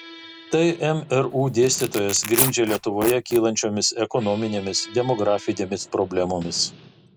tai mru dėstytojas grindžia lietuvoje kylančiomis ekonominėmis demografinėmis problemomis